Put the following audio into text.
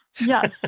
yes